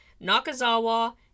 Nakazawa